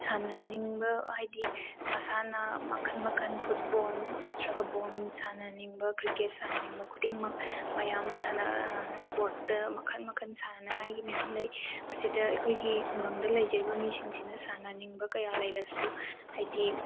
ꯁꯥꯟꯅꯅꯤꯡꯕ ꯍꯥꯏꯗꯤ ꯃꯁꯥꯟꯅ ꯃꯈꯜ ꯃꯈꯜ ꯐꯨꯠꯕꯣꯜ ꯅꯠꯇ꯭ꯔꯒ ꯕꯣꯜ ꯁꯥꯟꯅꯅꯤꯡꯕ ꯀ꯭ꯔꯤꯀꯦꯠ ꯁꯥꯟꯅꯅꯤꯡꯕ ꯈꯨꯗꯤꯡꯃꯛ ꯃꯌꯥꯝ ꯁ꯭ꯄꯣꯔꯇ ꯃꯈꯜ ꯃꯈꯜ ꯁꯥꯟꯅꯅꯤꯡꯉꯥꯏꯒꯤ ꯃꯌꯥꯝ ꯂꯩ ꯑꯁꯤꯗ ꯑꯩꯈꯣꯏꯒꯤ ꯈꯨꯡꯒꯪꯗ ꯂꯩꯖꯔꯤꯕ ꯃꯤꯁꯤꯡꯁꯤꯅ ꯁꯥꯟꯅꯅꯤꯡꯕ ꯀꯌꯥ ꯂꯩꯔꯁꯨ ꯍꯥꯏꯗꯤ